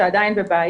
שזו עדיין בעיה.